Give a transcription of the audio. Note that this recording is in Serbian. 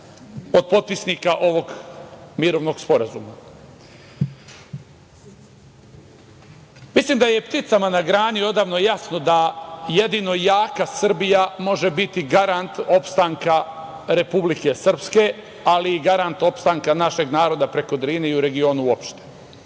od potpisnika ovog mirovnog sporazuma. Mislim da je i pticama na grani odavno jasno da jedino jaka Srbija može biti garant opstanka Republike Srpske, ali i garant opstanka našeg naroda preko Drine i u regionu uopšte,